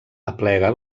aplega